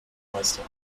meister